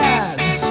ads